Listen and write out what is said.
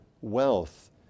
wealth